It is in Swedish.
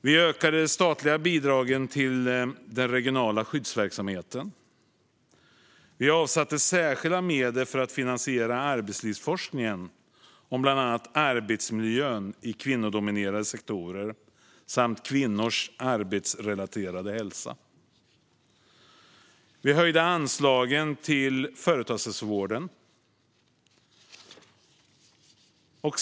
Vi ökade de statliga bidragen till den regionala skyddsverksamheten. Vi avsatte särskilda medel för att finansiera arbetslivsforskningen om bland annat arbetsmiljön i kvinnodominerade sektorer samt kvinnors arbetsrelaterade hälsa. Vi höjde anslagen till företagshälsovården.